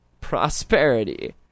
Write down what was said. prosperity